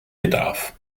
bedarf